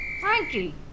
Frankie